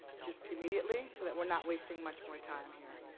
just immediately so we're not wasting much more time here.